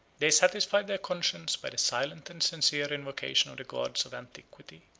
they satisfied their conscience by the silent and sincere invocation of the gods of antiquity.